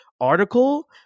article